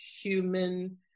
human